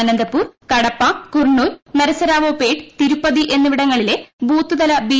Anantapur Kadapa Kurnool Narasaraopet Tirupati എന്നിവിടങ്ങളിലെ ബൂത്ത്തല B